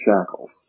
shackles